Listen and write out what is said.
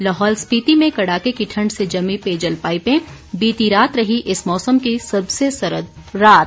लाहौल स्पिति में कड़ाके की ठण्ड से जमी पेयजल पाईपें बीती रात रही इस मौसम की सबसे सर्द रात